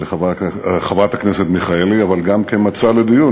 לחברת הכנסת מיכאלי אבל גם כמצע לדיון,